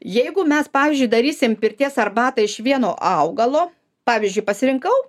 jeigu mes pavyzdžiui darysim pirties arbatą iš vieno augalo pavyzdžiui pasirinkau